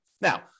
Now